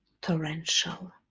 Torrential